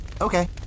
okay